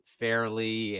fairly